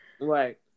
Right